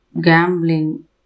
gambling